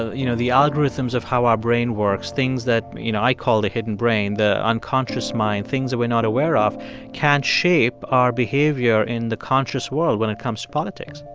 you know, the algorithms of how our brain works, things that, you know, i call the hidden brain the unconscious mind, things that we're not aware of can shape our behavior in the conscious world when it comes to politics?